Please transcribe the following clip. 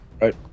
Right